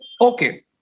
okay